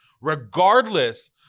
regardless